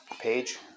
page